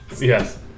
yes